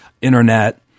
internet